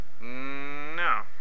No